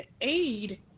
aid